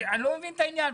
אני לא מבין את העניין.